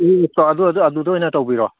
ꯎꯝ ꯑꯗꯨꯋꯥꯏꯗ ꯑꯗꯨꯗ ꯑꯣꯏꯅ ꯇꯧꯕꯤꯔꯣ